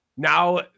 Now